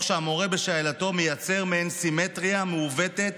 תוך שהמורה בשאלתו מייצר מעין סימטריה מעוותת